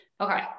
Okay